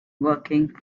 working